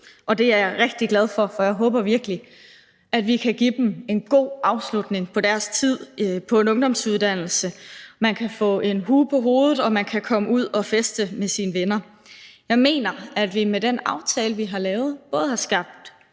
Og det er jeg rigtig glad for, for jeg håber virkelig, at vi kan give dem en god afslutning på deres tid på en ungdomsuddannelse: at man kan få en hue på hovedet og komme ud og feste med sine venner. Jeg mener, at vi med den aftale, vi har lavet, både har skabt